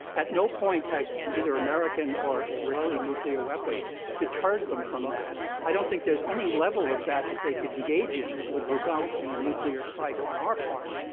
at no point has either american or israeli nuclear weapons deterred them from that. i don't think there's any level of that that they could engage in that would result in a nuclear strike on our part.